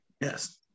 Yes